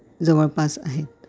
जवळपास आहेत